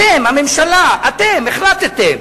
אתם, הממשלה, החלטתם